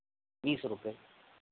बीस रुपये